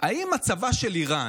האם מצבה של איראן,